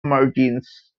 margins